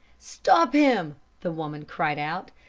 stop him the woman cried out,